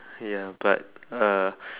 ya but uh